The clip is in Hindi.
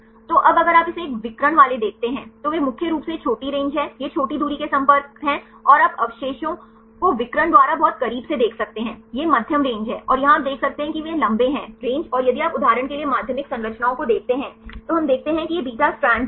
तो अब अगर आप इसे एक विकर्ण वाले देखते हैं तो वे मुख्य रूप से ये छोटी रेंज हैं ये छोटी दूरी के संपर्क हैं और आप अवशेषों को विकर्ण द्वारा बहुत करीब से देख सकते हैं ये मध्यम रेंज हैं और यहां आप देख सकते हैं कि वे लंबे हैं रेंज और यदि आप उदाहरण के लिए माध्यमिक संरचनाओं को देखते हैं तो हम देखते हैं कि ये बीटा स्ट्रैंड हैं